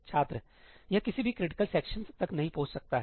छात्रयह किसी भी critical sections तक नहीं पहुँच सकता है